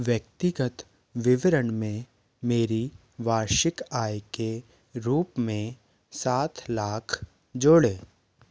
व्यक्तिगत विवरण में मेरी वार्षिक आय के रूप में सात लाख जोड़ें